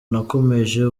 nakomeje